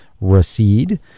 recede